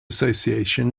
association